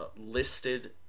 listed